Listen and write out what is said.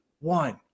one